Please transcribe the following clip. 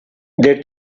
the